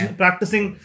practicing